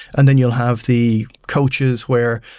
and then you'll have the coaches where